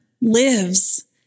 lives